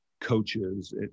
coaches